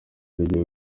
rigiye